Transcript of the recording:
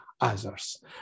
others